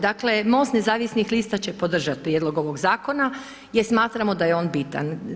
Dakle, MOST nezavisnih lista će podržat prijedlog ovog zakona jer smatramo da je on bitan.